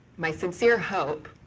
my sincere hope